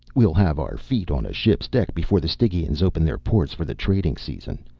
we'll have our feet on a ship's deck before the stygians open their ports for the trading season.